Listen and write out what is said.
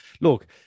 look